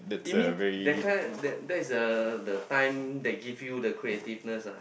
it mean that kind that that is a the time they give you the creativeness ah